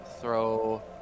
throw